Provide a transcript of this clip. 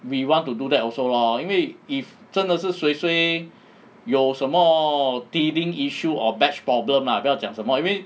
we want to do that also lor 因为 if 真的是 suay suay 有什么 teething issue or batch problem ah 不要讲什么 I mean